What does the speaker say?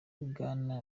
bwana